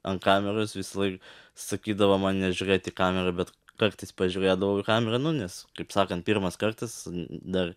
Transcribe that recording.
ant kameros visąlaik sakydavo man nežiūrėti į kamerą bet kartais pažiūrėdavau į kamerą nu nes kaip sakant pirmas kartas dar